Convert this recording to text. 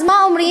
אז מה אומרים?